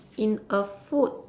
in a food